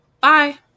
Bye